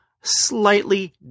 slightly